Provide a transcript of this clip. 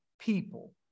people